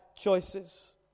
choices